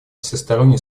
всесторонне